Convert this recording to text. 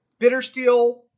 Bittersteel